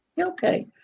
Okay